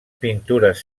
pintures